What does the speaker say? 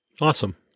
Awesome